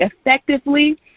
effectively